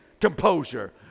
composure